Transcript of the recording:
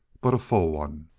but a full one.